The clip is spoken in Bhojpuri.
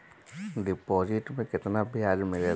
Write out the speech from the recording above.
डिपॉजिट मे केतना बयाज मिलेला?